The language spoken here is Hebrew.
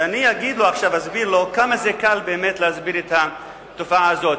ואני אסביר לו כמה זה קל באמת להסביר את התופעה הזאת.